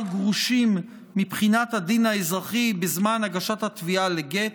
גרושים מבחינת הדין האזרחי בזמן הגשת התביעה לגט,